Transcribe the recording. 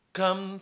come